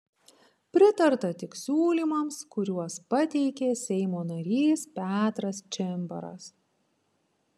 pritarta tik siūlymams kuriuos pateikė seimo narys petras čimbaras